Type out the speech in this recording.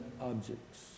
objects